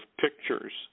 pictures